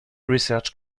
research